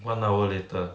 one hour later